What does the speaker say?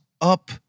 up